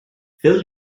fill